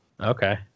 Okay